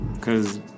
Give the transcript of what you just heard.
Cause